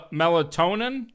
melatonin